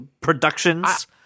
productions